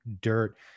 dirt